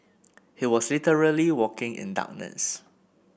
he was literally walking in darkness